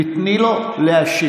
תני לו להשיב.